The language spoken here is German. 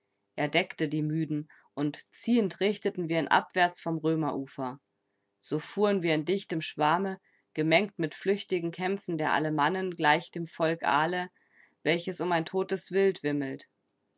er deckte die müden und ziehend richteten wir ihn abwärts vom römerufer so fuhren wir in dichtem schwarme gemengt mit flüchtigen kämpfern der alemannen gleich einem volk aale welches um ein totes wild wimmelt